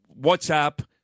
WhatsApp